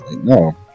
No